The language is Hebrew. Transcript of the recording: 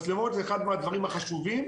מצלמות זה אחד הדברים החשובים.